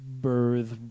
birth